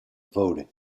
voting